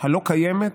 הלא-קיימת